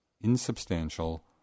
insubstantial